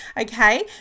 Okay